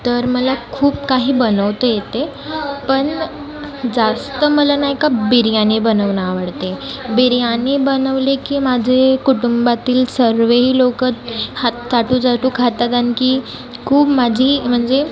तर मला खूप काही बनवता येते पण जास्त मला नाही का बिर्याणी बनवणं आवडते बिर्याणी बनवली की माझे कुटुंबातील सर्वही लोक हात चाटुचाटू खातात आणखी खूप माझी म्हणजे